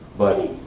but